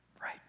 Right